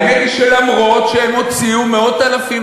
האמת היא שאף שהם הוציאו מאות-אלפים